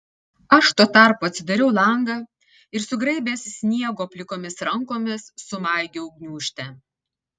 aš tuo tarpu atsidariau langą ir sugraibęs sniego plikomis rankomis sumaigiau gniūžtę